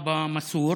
אבא מסור.